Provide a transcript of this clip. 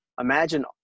Imagine